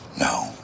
No